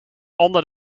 onder